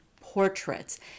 portraits